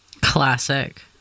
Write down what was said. Classic